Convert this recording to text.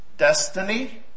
destiny